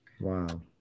Wow